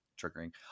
triggering